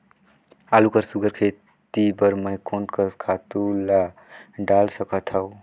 आलू कर सुघ्घर खेती बर मैं कोन कस खातु ला डाल सकत हाव?